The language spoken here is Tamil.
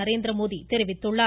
நரேந்திரமோடி தெரிவித்துள்ளார்